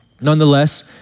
Nonetheless